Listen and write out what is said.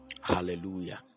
Hallelujah